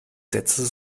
sätze